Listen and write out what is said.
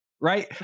right